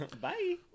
Bye